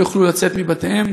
לא יוכלו לצאת מבתיהם,